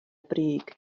brig